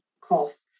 costs